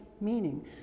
meaning